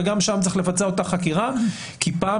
וגם שם צריך לבצע את אותה חקירה כי פעם